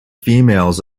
females